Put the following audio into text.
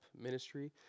ministry